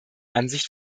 ansicht